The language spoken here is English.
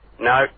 No